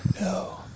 No